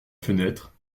fenêtre